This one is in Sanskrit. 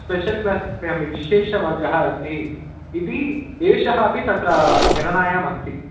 स्पेशल् क्लास् स्थापयामि विशेषवर्गः अस्ति इति एषः अपि तत्र गणनायाम् अस्ति